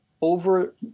over